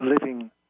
living